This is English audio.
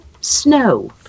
snow